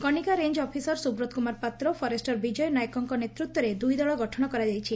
Kanika range officer Subrata Kumar Patra forester Bijay ନାୟକଙ୍କ ନେତୂତ୍ୱରେ ଦୁଇଦଳ ଗଠନ କରାଯାଇଛି